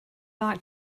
like